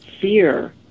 fear